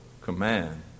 command